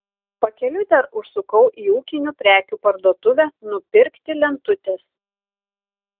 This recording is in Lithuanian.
pakeliui dar užsukau į ūkinių prekių parduotuvę nupirkti lentutės